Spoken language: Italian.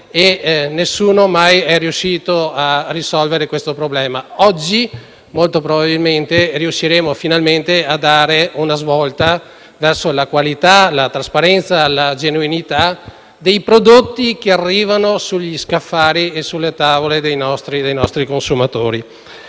e nessuno è mai riuscito a risolvere il problema, oggi, molto probabilmente, riusciremo finalmente a dare una svolta verso la qualità, la trasparenza, la genuinità dei prodotti che arrivano sugli scaffali e sulle tavole dei nostri consumatori.